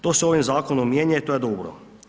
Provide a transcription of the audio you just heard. To se ovim Zakonom mijenja i to je dobro.